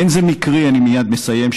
אני מייד מסיים.